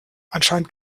anscheinend